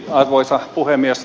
arvoisa puhemies